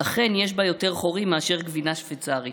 אכן יש בה יותר חורים מאשר גבינה שוויצרית.